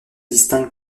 distingue